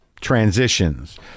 transitions